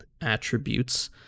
attributes